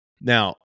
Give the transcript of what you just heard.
now